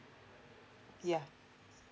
yeah